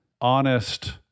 honest